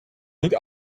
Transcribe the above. niet